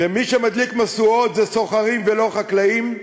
שמי שמדליק משואות זה סוחרים, ולא חקלאים,